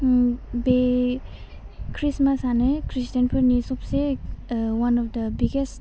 बे ख्रिस्टमासानो ख्रिस्टानफोरनि सबसे वान अफ दा बिगेस्ट